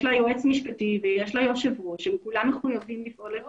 יש לה יועץ משפטי ויש לה יושב ראש שכולם מחויבים לפעול לפי זה.